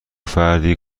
فردی